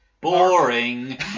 Boring